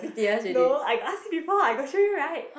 no I ask him before I got show you right